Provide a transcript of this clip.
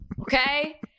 Okay